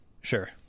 Sure